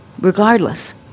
regardless